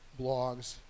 blogs